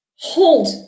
hold